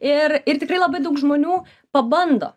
ir ir tikrai labai daug žmonių pabando